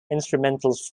instrumentals